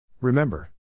Remember